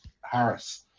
Harris